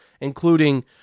including